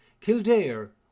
Kildare